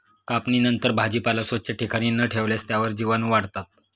कापणीनंतर भाजीपाला स्वच्छ ठिकाणी न ठेवल्यास त्यावर जीवाणूवाढतात